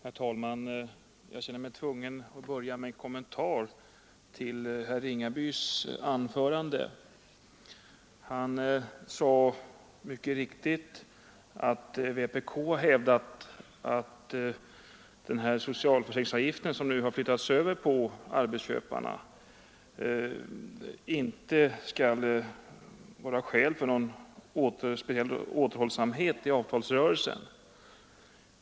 Herr talman! Jag känner mig tvungen att börja med en kommentar till herr Ringabys anförande. Det är mycket riktigt att vpk hävdat att den socialförsäkringsavgift som nu flyttas över på arbetsköparna inte skall vara skäl till någon återhållsamhet i avtalsrörelsen.